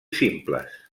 simples